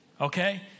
okay